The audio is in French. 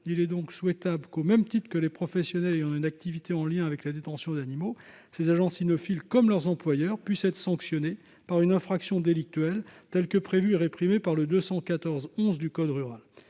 Il est donc souhaitable que, au même titre que les professionnels ayant une activité en lien avec la détention d'animaux, ces agents cynophiles, comme leurs employeurs, puissent être sanctionnés par une infraction délictuelle, tel que le prévoit et le réprime l'article L. 215-11 du code rural